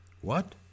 What